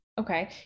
okay